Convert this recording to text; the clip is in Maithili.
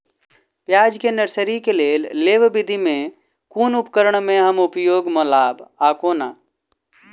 प्याज केँ नर्सरी केँ लेल लेव विधि म केँ कुन उपकरण केँ हम उपयोग म लाब आ केना?